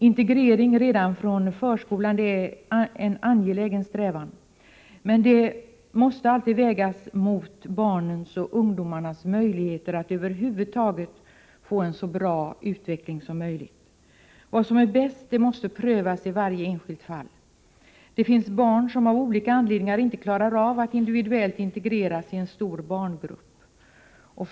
Integrering redan från förskolan är en angelägen strävan, men den måste alltid vägas mot barnens och ungdomarnas möjligheter att över huvud taget få en så bra utveckling som möjligt. Vad som är bäst måste prövas i varje enskilt fall. Det finns barn som av olika anledningar inte klarar av att individuellt integreras i en stor barngrupp.